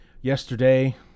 yesterday